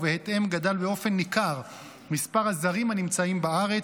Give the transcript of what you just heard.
ובהתאם גדל באופן ניכר מספר הזרים הנמצאים בארץ,